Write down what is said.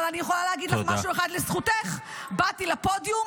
אבל אני יכול להגיד לך משהו אחד לזכותך: באתי לפודיום,